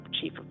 chief